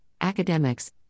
academics